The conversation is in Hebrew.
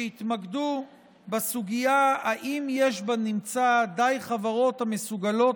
שהתמקדו בסוגיה אם יש בנמצא די חברות המסוגלות